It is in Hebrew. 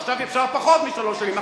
עכשיו, אפשר פחות משלוש שנים.